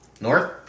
north